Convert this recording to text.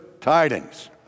tidings